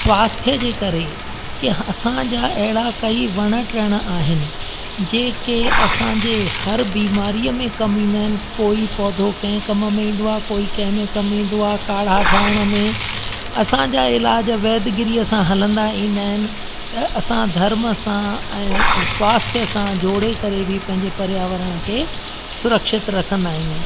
स्वास्थ्य जे करे के असां जा अहिड़ा कई वण टिण आहिनि जेके असां जे हर बीमारीअ में कमु ईंदा आहिनि कोई पौधो कंहिं कम में ईंदो आहे कोई कंहिं में कमु ईंदो आहे काड़ा ठाहिण में असां जा इलाज वैदगिरीअ सां हलंदा ईंदा आहिनि त असां धर्म सां स्वास्थ्य सां जोड़े करे बि पंहिंजे पर्यावरण खे सुरक्षित रखंदा आहियूं